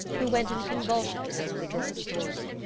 who went into convulsions over the droll story.